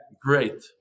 Great